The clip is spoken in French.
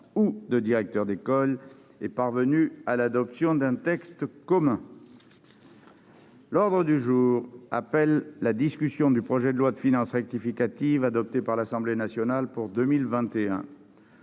ou de directeur d'école est parvenue à l'adoption d'un texte commun. L'ordre du jour appelle la discussion du projet de loi, adopté par l'Assemblée nationale, de